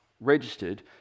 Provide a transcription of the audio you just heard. registered